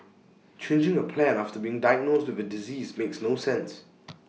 changing A plan after being diagnosed with A disease makes no sense